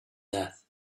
death